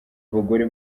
abagore